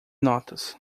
notas